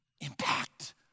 impact